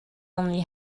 only